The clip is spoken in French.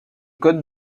code